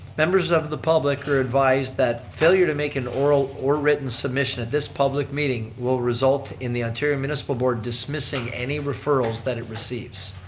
members of the public are advised that failure to make an oral or written submission of this public meeting will result in the interior municipal board dismissing any referrals that it receives.